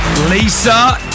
Lisa